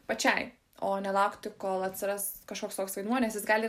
pačiai o nelaukti kol atsiras kažkoks toks vaidmuo nes jis gali